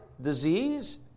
disease